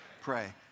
Pray